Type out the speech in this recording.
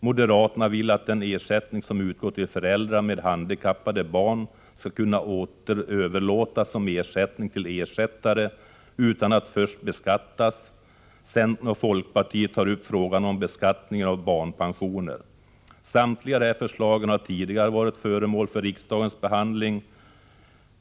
Moderaterna vill att den ersättning som utgår till föräldrar med handikappade barn skall kunna överlåtas som gottgörelse till ersättare utan att först beskattas, centern och folkpartiet tar upp frågan om beskattningen av barnpensioner. Alla de här förslagen har tidigare varit föremål för riksdagens behandling.